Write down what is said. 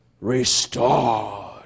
restored